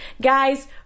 Guys